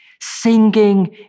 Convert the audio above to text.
Singing